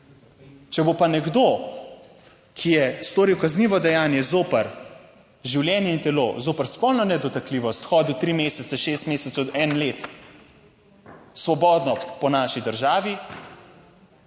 če bo pa nekdo, ki je storil kaznivo dejanje zoper življenje in telo, zoper spolno nedotakljivost, hodil tri mesece, šest mesecev, eno leto svobodno po naši državi